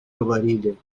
говорили